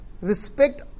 respect